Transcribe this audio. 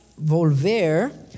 volver